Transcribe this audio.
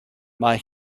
mae